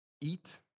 eat